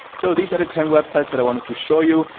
so these are the ten websites that i wanted to show you.